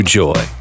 joy